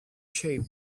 shape